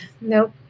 Nope